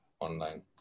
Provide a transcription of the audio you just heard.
online